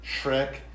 Shrek